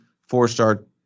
four-star